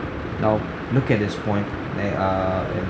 now look at this point eh err and